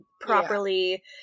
properly